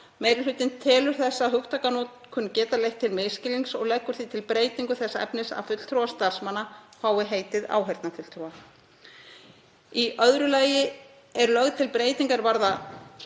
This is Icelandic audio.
Meiri hlutinn telur þessa hugtakanotkun geta leitt til misskilnings og leggur því til breytingu þess efnis að fulltrúar starfsmanna fái heitið áheyrnarfulltrúar. Í öðru lagi er lögð til breyting er varðar